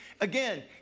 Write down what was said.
Again